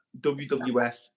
WWF